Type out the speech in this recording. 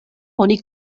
oni